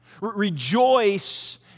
Rejoice